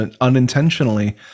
unintentionally